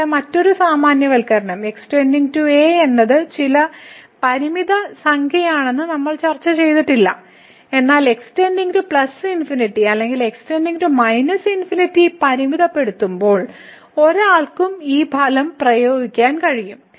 ഇവിടെ മറ്റൊരു സാമാന്യവൽക്കരണം x → a എന്നത് ചില പരിമിത സംഖ്യയാണെന്ന് നമ്മൾ ചർച്ചചെയ്തിട്ടില്ല എന്നാൽ x →∞ അല്ലെങ്കിൽ x →∞ പരിമിതപ്പെടുത്തുമ്പോൾ ഒരാൾക്കും ഈ ഫലം പ്രയോഗിക്കാൻ കഴിയും